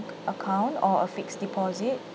account or a fixed deposit